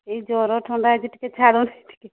ଏଇ ଜ୍ୱର ଥଣ୍ଡା ହେଇଛି ଟିକିଏ ଛାଡ଼ୁନି ଟିକିଏ